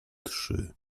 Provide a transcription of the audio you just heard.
trzy